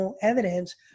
evidence